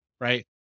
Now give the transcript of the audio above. right